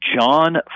John